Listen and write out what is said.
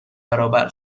برابر